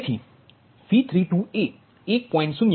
તેથીV32 એ 1